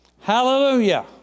Hallelujah